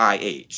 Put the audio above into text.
IH